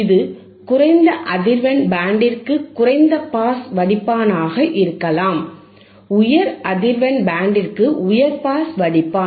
இது குறைந்த அதிர்வெண் பேண்டிற்கு குறைந்த பாஸ் வடிப்பானாக இருக்கலாம் உயர் அதிர்வெண் பேண்டிற்கு உயர் பாஸ் வடிப்பான்